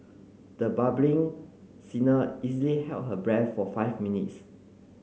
the bubbling singer easily held her breath for five minutes